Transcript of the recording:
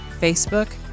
Facebook